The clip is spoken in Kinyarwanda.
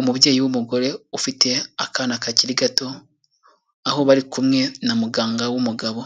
Umubyeyi w'umugore ufite akana kakiri gato, aho bari kumwe na muganga w'umugabo